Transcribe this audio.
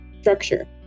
structure